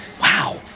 wow